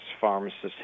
pharmacists